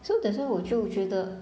so that's why 我就觉得